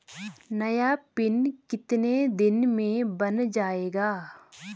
नया पिन कितने दिन में बन जायेगा?